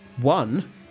one